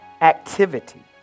Activity